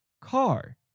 car